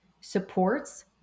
supports